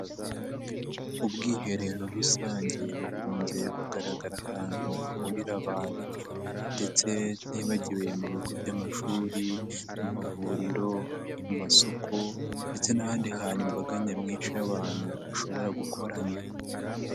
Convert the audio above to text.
Ubwiherero rusange bukunze kugaragara ahantu hahurira abantu ndetse ntibagiwe mu bigo by'amashuri n'amavuriro, mu masoko ndetse n'ahandi hantu imbaga nyamwinshi y'abantu ishobora gukoranira.